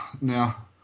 now